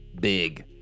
big